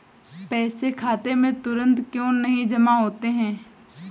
पैसे खाते में तुरंत क्यो नहीं जमा होते हैं?